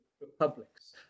republics